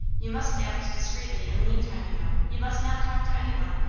you must act discreetly, in the meantime, you know. you must not talk to anyone,